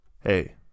Hey